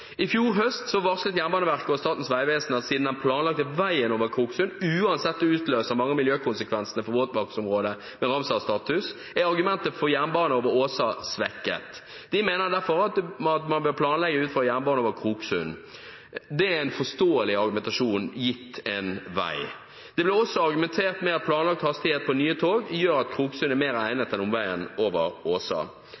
I fjor høst varslet Jernbaneverket og Statens vegvesen at siden den planlagte veien over Kroksund uansett utløser mange av miljøkonsekvensene for våtmarksområder med Ramsar-status, er argumentet for jernbane over Åsa svekket. Vi mener derfor at man bør planlegge ut ifra jernbane over Kroksund. Det er en forståelig argumentasjon, gitt en vei. Det ble også argumentert med at planlagt hastighet på nye tog gjør at Kroksund er mer egnet enn omveien over Åsa.